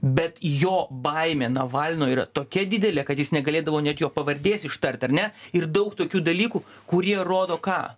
bet jo baimė navalno yra tokia didelė kad jis negalėdavo net jo pavardės ištart ar ne ir daug tokių dalykų kurie rodo ką